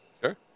Sure